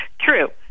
True